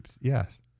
yes